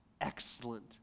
excellent